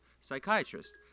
psychiatrist